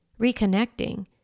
reconnecting